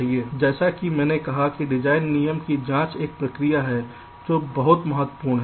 इसलिए जैसा कि मैंने कहा कि डिजाइन नियम की जाँच एक प्रक्रिया है जो बहुत महत्वपूर्ण है